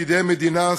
פקידי מדינה,